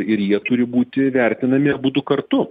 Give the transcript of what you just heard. ir jie turi būti įvertinami abudu kartu